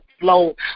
flow